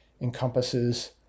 encompasses